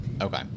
Okay